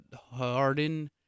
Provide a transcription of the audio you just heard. harden